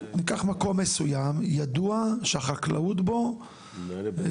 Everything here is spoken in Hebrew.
ניקח מקום מסוים, ידוע שהחקלאות בו מפותחת.